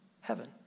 heaven